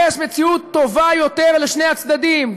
יש מציאות טובה יותר לשני הצדדים,